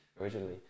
originally